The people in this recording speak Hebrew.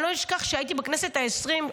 אני לא אשכח שכשהייתי בכנסת העשרים,